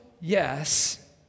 Yes